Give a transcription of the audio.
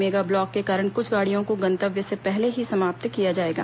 mega block के कारण कुछ गाड़ियों को गंतव्य से पहले ही समाप्त किया जाएगा